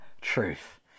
truth